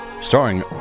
Starring